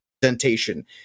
presentation